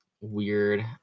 weird